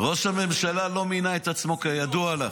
ראש הממשלה לא מינה את עצמו, כידוע לך.